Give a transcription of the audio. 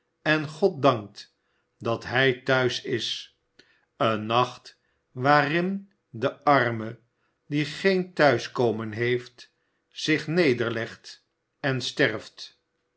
en god dankt dat hij thuis is een nacht waarin de arme die geen thuiskomen heeft zich nederlegt en sterft